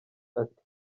ati